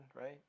right